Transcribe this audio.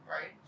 right